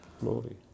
Glory